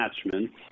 attachments